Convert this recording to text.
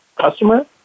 customer